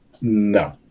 No